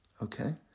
Okay